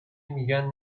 میگن